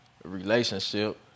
Relationship